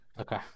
okay